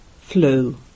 Flu